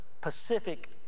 Pacific